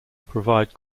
provide